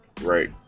Right